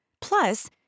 Plus